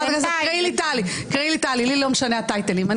תקראי לי טלי, לי לא משנה הטייטלים.